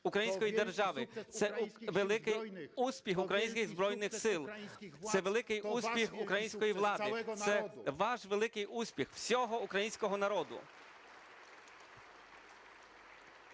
української держави, це великий успіх українських Збройних Сил, це великий успіх української влади, це ваш великий успіх, всього українського народу.